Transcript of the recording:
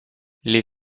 les